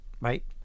right